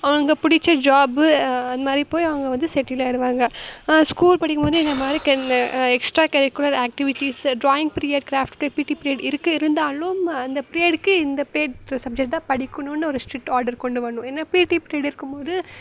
அவங்க பிடிச்ச ஜாப்பு அந்தமாதிரி போய் அவங்க வந்து செட்டில் ஆகிடுவாங்க ஸ்கூல் படிக்கும்போது இந்தமாதிரி extra curricular activities drawing period craft period PT period இருக்குது இருந்தாலும் அந்த பிரியடுக்கு இந்த பிரியட் சப்ஜெக்ட் தான் படிக்கணுன்னு ஒரு ஸ்ட்ரிட் ஆடர் கொண்டு வரணும் ஏன்னால் பீட்டி பிரீட் இருக்கும்போது